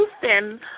Houston